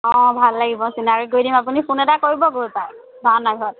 অঁ ভাল লাগিব চিনাকি কৰি দিম আপুনি ফোন এটা কৰিব গৈ পাই ভাওনা ঘৰত